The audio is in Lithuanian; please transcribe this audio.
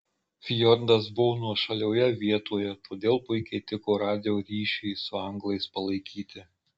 fjordas buvo nuošalioje vietoje todėl puikiai tiko radijo ryšiui su anglais palaikyti